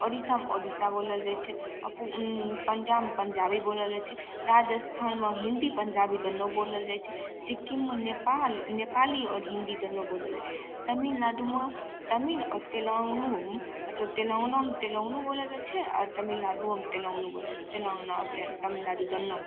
उड़ीसामे ओड़ीसा बोलल जाइ छै पंजाबमे पंजाबी बोलल जाइ छै राजस्थानमे हिन्दी पंजाबी दोनो बोलल जाइ छै सिक्किममे नेपाल नेपाली आओर हिन्दी दोनो बोलल जाइ छै तमिलनाडूमे तमिल आओर तेलांगनामे मतलब तेलांगनामे तेलंगनो बोलल जाइ छै आओर तमिलनाडुमे तेलांगना बोलल जाइ तेलांगना तमिलनाडु दोनो